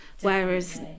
whereas